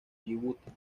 yibuti